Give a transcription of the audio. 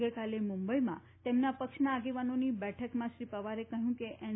ગઇકાલે મુંબઇમાં તેમના પક્ષના આગેવાનોની બેઠકમાં શ્રી પવારે કહ્યું કે એન